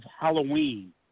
Halloween